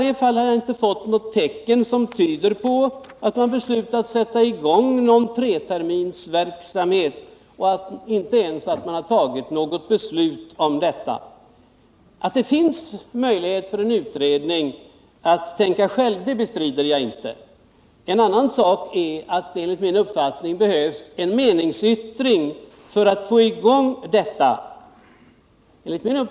Jag har i varje fall inte fått något tecken som tyder på att man beslutat sätta i gång någon treterminsverksamhet. Att det finns möjlighet för en utredning att tänka själv, bestrider jag inte. En annan sak är att det enligt min uppfattning behövs en meningsyttring för att få i gång detta arbete.